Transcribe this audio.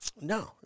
No